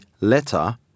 letter